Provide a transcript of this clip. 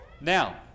Now